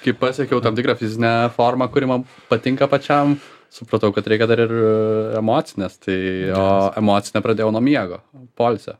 kai pasiekiau tam tikrą fizinę formą kuri man patinka pačiam supratau kad reikia dar ir emocinės tai o emocinę pradėjau nuo miego poilsio